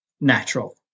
natural